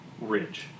ridge